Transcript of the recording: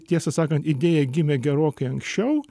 tiesą sakant idėja gimė gerokai anksčiau